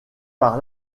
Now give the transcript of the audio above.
par